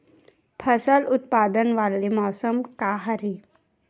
फसल उत्पादन वाले मौसम का हरे?